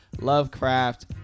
Lovecraft